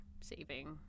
saving